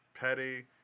Petty